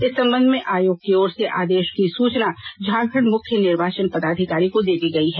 इस संबंध में आयोग की ओर से आदेश की सूचना झारखंड मुख्य निर्वाचन पदाधिकारी को दे दी गई है